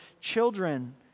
children